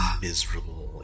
Miserable